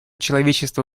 человечество